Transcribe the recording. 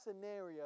scenario